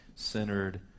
Centered